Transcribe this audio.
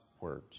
words